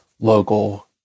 local